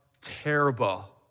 terrible